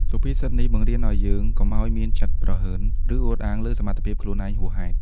សុភាសិតនេះបង្រៀនឱ្យយើងកុំឱ្យមានចិត្តព្រហើន ឬអួតអាងលើសមត្ថភាពខ្លួនឯងហួសហេតុ។